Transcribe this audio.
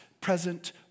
present